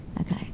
Okay